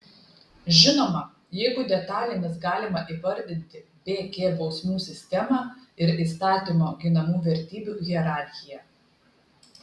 žinoma jeigu detalėmis galima įvardyti bk bausmių sistemą ir įstatymo ginamų vertybių hierarchiją